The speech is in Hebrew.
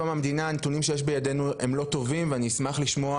הנתונים שיש בידינו הם לא טובים ואני אשמח לשמוע: